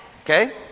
Okay